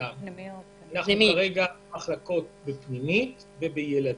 פנימית ומחלקת ילדים.